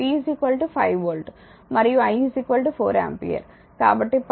V 5 volt మరియు I 4 ampere